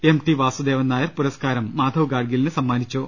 M T Vasudevan Nair പുരസ്കാരം മാധവ് ഗാഡ്ഗിലിന് സമ്മാനിച്ചു